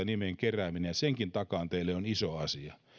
nimen keräämistä takaan teille että sekin on iso asia